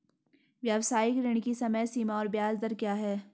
व्यावसायिक ऋण की समय सीमा और ब्याज दर क्या है?